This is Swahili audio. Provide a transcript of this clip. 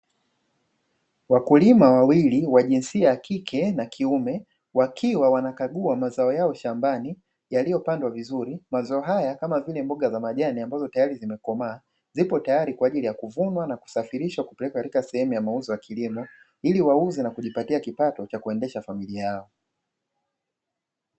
Wakulima wawili wa jinsia ya kike na kiume, wakiwa wanakagua mazao yao shambani yaliyopandwa vizuri. Mazao haya kama vile mboga za majani ambazo tayari zimekomaa, zipo tayari kwa ajili ya kuvunwa na kusafirishwa kupelekwa katika sehemu ya mauzo ya kilimo ili wauze na kujipatia kipato cha kuendesha familia yao.